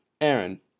Aaron